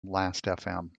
lastfm